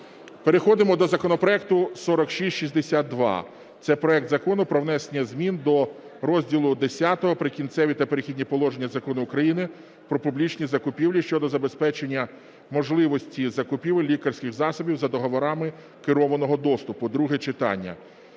Переходимо до законопроекту 4662, це проект Закону про внесення зміни до розділу X "Прикінцеві та перехідні положення" Закону України "Про публічні закупівлі" щодо забезпечення можливості закупівель лікарських засобів за договорами керованого доступу (друге читання).